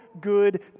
good